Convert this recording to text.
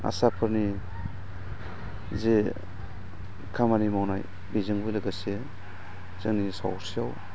आसाफोरनि जि खामानि मावनाय बेजोंबो लोगोसे जोंनि सावस्रियाव